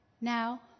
now